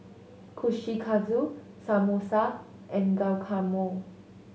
Kushikatsu Samosa and Guacamole